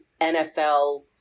nfl